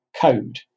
code